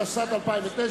התשס"ט 2009,